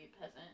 peasant